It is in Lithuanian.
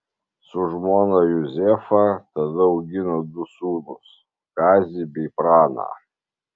su žmona juzefa tada augino du sūnus kazį bei praną